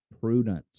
prudence